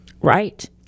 right